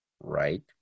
right